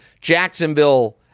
Jacksonville